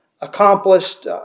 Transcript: accomplished